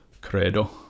credo